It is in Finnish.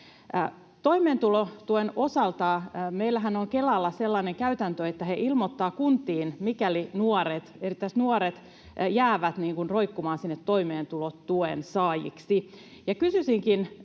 Toimeentulotuen osaltahan meillä on Kelalla sellainen käytäntö, että he ilmoittavat kuntiin, mikäli nuoret jäävät roikkumaan sinne toimeentulotuen saajiksi.